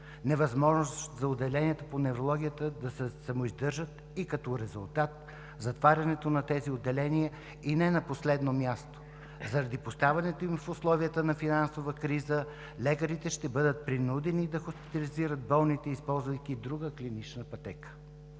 невъзможност за отделенията по неврология да се самоиздържат и като резултат – затварянето на тези отделения. Не на последно място, заради поставянето им в условията на финансова криза, лекарите ще бъдат принудени да хоспитализират болните, използвайки друга клинична пътека.